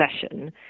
session